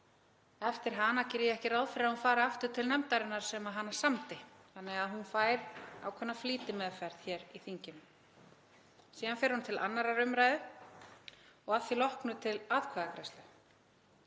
Eftir hana geri ég ekki ráð fyrir að tillagan fari aftur til nefndarinnar sem hana samdi þannig að hún fær ákveðna flýtimeðferð hér í þinginu. Síðan fer hún til 2. umræðu og að því loknu til atkvæðagreiðslu